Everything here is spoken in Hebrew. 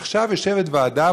עכשיו יושבת ועדה,